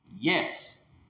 yes